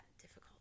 difficult